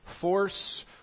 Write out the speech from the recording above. force